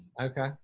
Okay